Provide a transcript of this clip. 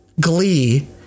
Glee